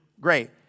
Great